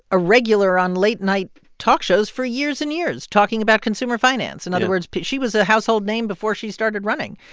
a regular on late night talk shows for years and years, talking about consumer finance. in other words, she was a household name before she started running.